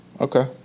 Okay